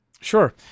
sure